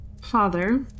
Father